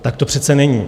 Tak to přece není.